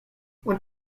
what